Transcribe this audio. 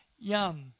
Yum